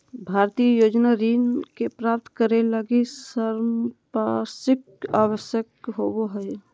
भारतीय योजना ऋण के प्राप्तं करे लगी संपार्श्विक आवश्यक होबो हइ